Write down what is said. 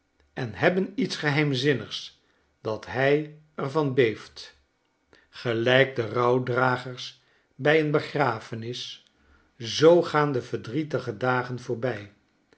en hebben iets geheimzinnigs dat hij er van beeft grelijk de rouwdragers bij een begrafenis zoo gaan de verdrietige dagen voorbij